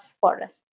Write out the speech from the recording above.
Forest